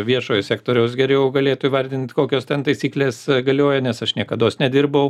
viešojo sektoriaus geriau galėtų įvardint kokios ten taisyklės galioja nes aš niekados nedirbau